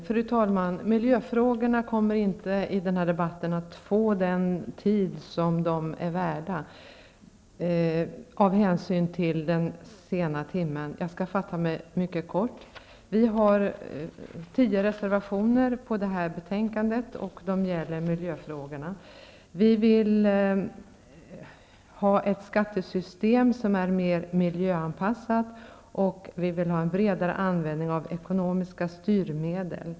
Fru talman! Miljöfrågorna kommer inte i den här debatten att få den tid som de är värda, detta av hänsyn till den sena timmen. Jag skall fatta mig mycket kort. Vi har tio reservationer vid detta betänkande, och de gäller miljöfrågorna. Vi vill ha ett skattesystem som är mera miljöanpassat och vi vill ha en bredare användning av ekonomiska styrmedel.